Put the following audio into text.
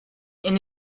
and